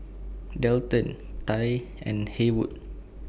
Delton Tye and Haywood